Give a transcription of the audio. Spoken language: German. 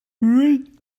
mühlen